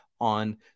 on